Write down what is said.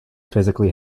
physically